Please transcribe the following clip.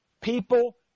people